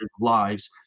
lives